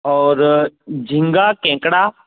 और झींगा केकड़ा